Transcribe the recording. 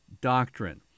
Doctrine